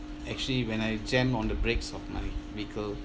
actually when I jammed on the brakes of my vehicle